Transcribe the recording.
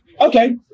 Okay